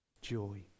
joy